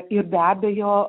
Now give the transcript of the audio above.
ir be abejo